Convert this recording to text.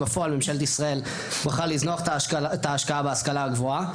בפועל ממשלת ישראל בחרה לזנוח את ההשקעה בהשכלה הגבוהה.